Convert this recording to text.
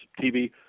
TV